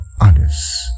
others